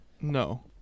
No